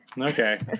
Okay